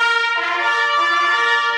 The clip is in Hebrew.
(חברי הכנסת מכבדים בקימה את צאת נשיא הרפובליקה של